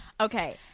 Okay